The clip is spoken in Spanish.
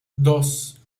dos